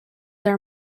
are